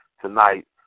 tonight